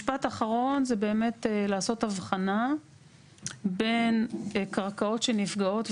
משפט אחרון זה באמת לעשות הבחנה בין קרקעות שנפגעות,